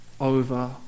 over